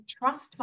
trust